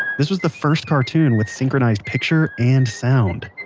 this was the first cartoon with synchronized picture and sound.